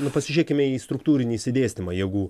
nu pasižiūrėkime į struktūrinį išsidėstymą jėgų